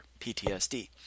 PTSD